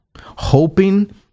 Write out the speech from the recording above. Hoping